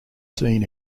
seen